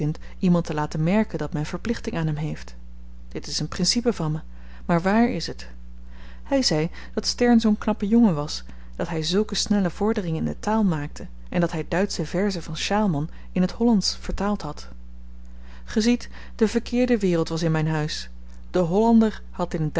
iemand te laten merken dat men verplichting aan hem heeft dit is een principe van me maar wààr is het hy zei dat stern zoo'n knappe jongen was dat hy zulke snelle vorderingen in de taal maakte en dat hy duitsche verzen van sjaalman in t hollandsch vertaald had ge ziet de verkeerde wereld was in myn huis de hollander had in